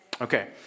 Okay